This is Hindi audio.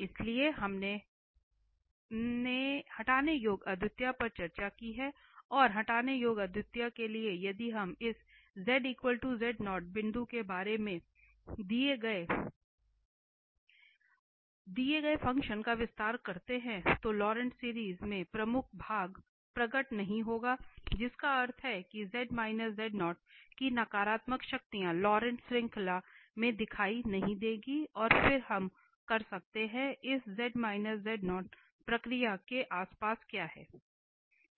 इसलिए पहले हमने हटाने योग्य अद्वितीयता पर चर्चा की है और हटाने योग्य अद्वितीयता के लिए यदि हम इस बिंदु के बारे में दिए गए फ़ंक्शन का विस्तार करते हैं तो लॉरेंट श्रृंखला में प्रमुख भाग प्रकट नहीं होगा जिसका अर्थ है कि की नकारात्मक शक्ति लॉरेंट श्रृंखला में दिखाई नहीं देगी और फिर हम कर सकते हैं कि इस प्रक्रिया के आसपास क्या है